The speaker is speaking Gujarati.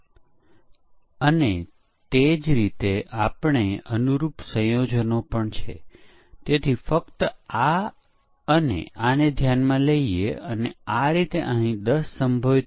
પરંતુ જો વપરાશકર્તા કોઈ એવું ઇનપુટ આપે છે જે ખરેખર આપવાનો કોઈ હેતુ હોતો નથી